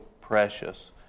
precious